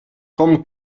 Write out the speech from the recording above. com